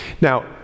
Now